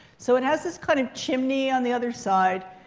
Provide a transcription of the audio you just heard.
so it has this kind of chimney on the other side.